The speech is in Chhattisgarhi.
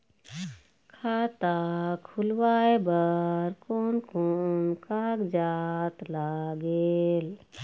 खाता खुलवाय बर कोन कोन कागजात लागेल?